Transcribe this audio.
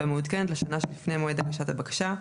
והמעודכנת לשנה שלפני מועד הגשת הבקשה,